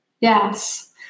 yes